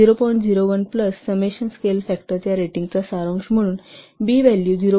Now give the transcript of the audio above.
01 summation scale फॅक्टरच्या रेटिंगचा सारांश म्हणून बी व्हॅल्यू 0